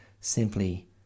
simply